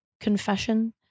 confession